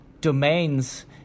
domains